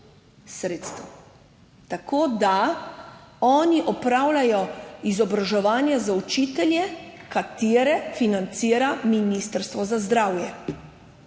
Tako da oni opravljajo izobraževanje za učitelje, ki ga financira Ministrstvo za zdravje.